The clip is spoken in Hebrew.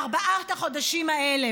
בארבעת החודשים האלה,